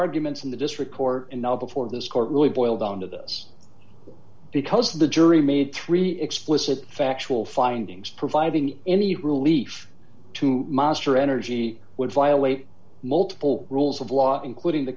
mint's in the district court and now before this court really boiled down to this because the jury made three explicit factual findings providing any relief to monster energy would violate multiple rules of law including the